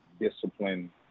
discipline